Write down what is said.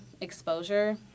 exposure